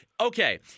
Okay